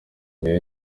njyewe